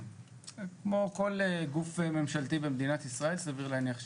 כמו כל גוף ממשלתי במדינת ישראל, סביר להניח שכן.